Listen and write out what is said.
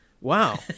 wow